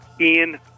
Ian